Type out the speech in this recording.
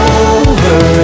over